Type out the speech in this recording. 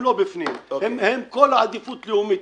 הם לא בפנים עם כל העדיפות הלאומית,